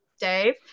Dave